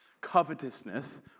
covetousness